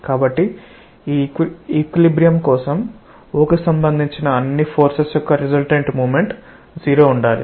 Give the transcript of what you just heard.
కాబట్టి ఈక్విలిబ్రియమ్ కోసం O కి సంబంధించిన అన్ని ఫోర్సెస్ యొక్క రిసల్టెంట్ మోమెంట్ జీరో ఉండాలి